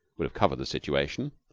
would have covered the situation.